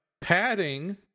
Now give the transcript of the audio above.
padding